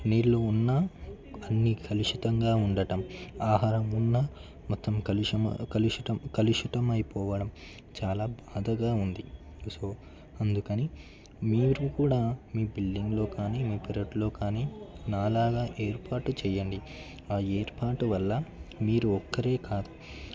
నీళ్లు ఉన్నా అన్ని కలుషితంగా ఉండటం ఆహారం ఉన్న మొత్తం కలుషమ కలుషితం కలుషితం అయిపోవడం చాలా బాధగా ఉంది సో అందుకని మీరు కూడా మీ బిల్డింగ్లో కానీ మీ పెరట్లో కానీ నా లాగా ఏర్పాటు చెయ్యండి ఆ ఏర్పాటు వల్ల మీరు ఒక్కరే కాదు